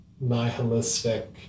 nihilistic